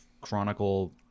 chronicle